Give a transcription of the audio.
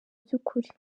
by’ukuri